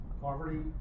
Poverty